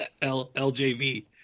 LJV